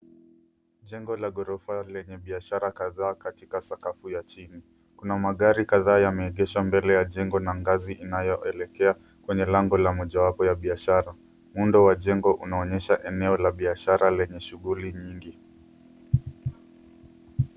Jengo la gorofa lenye biashara kadhaakatika sakafu ya chini kuna magari kadhaa yame egeshwa mbele ya jengo na ngazi inayoelekea kwenye lango la mojawapo ya biashara. Muundo wa jengo unaonyesha eneo la biashara lenye shughuli nyingi.